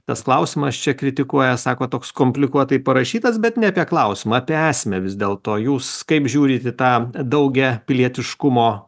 tas klausimas čia kritikuoja sako toks komplikuotai parašytas bet ne apie klausimą apie esmę vis dėlto jūs kaip žiūrit į tą daugiapilietiškumo